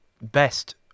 best